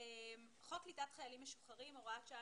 חוק קליטת חיילים משוחררים (הוראת שעה,